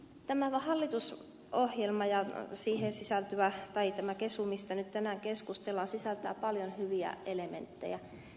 tämä hallitus ohjelma ja siihen sisältyvää tai tämä kesu mistä nyt tänään keskustellaan sisältää paljon hyviä elementtejä